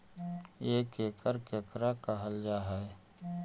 एक एकड़ केकरा कहल जा हइ?